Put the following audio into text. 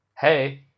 hey